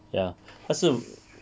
ya 他是